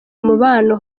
umubano